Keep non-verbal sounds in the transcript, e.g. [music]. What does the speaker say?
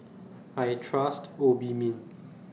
I Trust Obimin [noise]